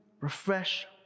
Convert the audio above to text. refresh